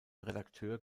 redakteur